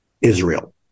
Israel